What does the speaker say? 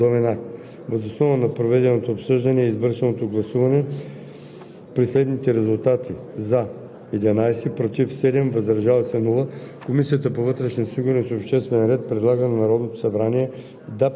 оценка за безпредметност спрямо подобен тип действие, а от друга страна, може да се отчете, че това е липса на усещане за адекватни действия след подобен акт. Въз основа на проведеното обсъждане и извършеното гласуване